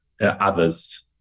others